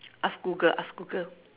ask google ask google